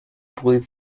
believe